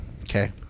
Okay